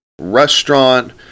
restaurant